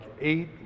eight